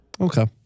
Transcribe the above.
Okay